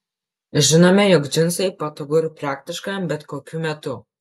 žinome jog džinsai patogu ir praktiška bet kokiu metu